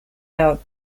out